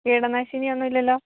കീടനാശിനി ഒന്നുമില്ലല്ലോ